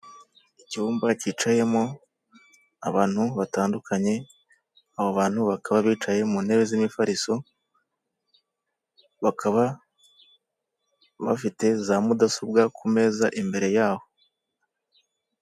Icyumba kicayemo abantu batandukanye, abo bantu bakaba bicaye mu ntebe z'imifariso bakaba bafite za mudasobwa ku meza imbere yabo.